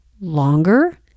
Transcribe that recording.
Longer